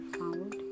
found